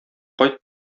кайт